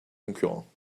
concurrents